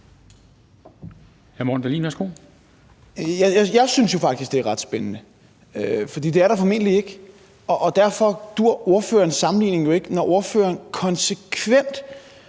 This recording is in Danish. Jeg synes jo faktisk, det er ret spændende, for det er der formentlig ikke. Og derfor dur ordførerens sammenligning jo ikke, når ordføreren konsekvent